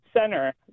center